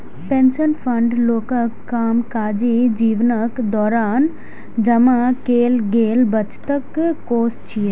pension fund लोकक कामकाजी जीवनक दौरान जमा कैल गेल बचतक कोष छियै